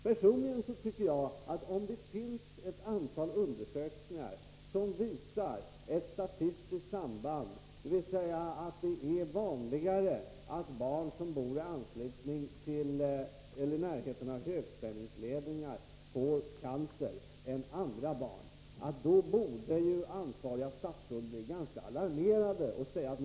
Personligen anser jag, att om ett antal undersökningar visar att det är vanligare att barn som bor i närheten av högspänningsledningar får cancer än andra barn, borde det ansvariga statsrådet tycka att det är ganska alarmerande.